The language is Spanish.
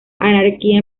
anarquía